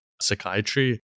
psychiatry